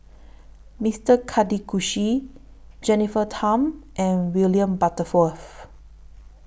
Mister Karthigesu Jennifer Tham and William Butterworth